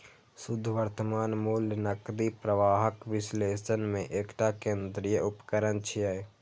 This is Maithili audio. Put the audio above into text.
शुद्ध वर्तमान मूल्य नकदी प्रवाहक विश्लेषण मे एकटा केंद्रीय उपकरण छियै